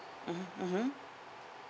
mmhmm mmhmm